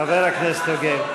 חבר הכנסת יוגב,